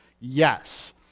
yes